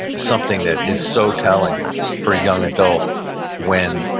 something that is so telling for a young adult when,